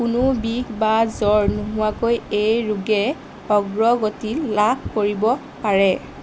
কোনো বিষ বা জ্বৰ নোহোৱাকৈ এই ৰোগে অগ্ৰগতি লাভ কৰিব পাৰে